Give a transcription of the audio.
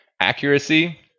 accuracy